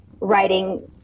writing